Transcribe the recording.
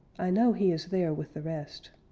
i know he is there with the rest.